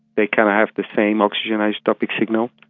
they kind of have the same oxygen isotopic signal.